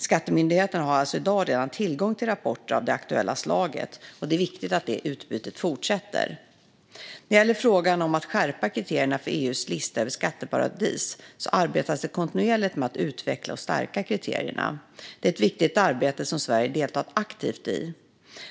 Skattemyndigheterna har alltså redan i dag tillgång till rapporter av det aktuella slaget, och det är viktigt att det utbytet fortsätter. När det gäller frågan om att skärpa kriterierna för EU:s lista över skatteparadis arbetas det kontinuerligt med att utveckla och stärka kriterierna. Det är ett viktigt arbete som Sverige deltar aktivt i.